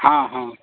हँ हँ